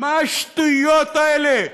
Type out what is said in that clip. מה השטויות האלה?